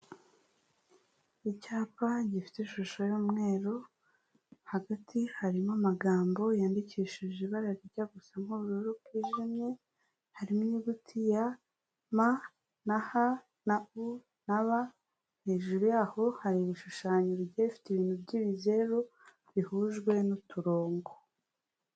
Icyapa gifite ishusho y'umweruru, hagati harimo amagambo yandikishije ibara rijya gusa nk'ubururu bwijimye, harimo inyuguti ya M, na H, na U, na B, hejuru yaho hari ibishushanyo biguye bifite ibintu by'ibizeru bihujwe n'uturongo.